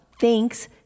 Thanks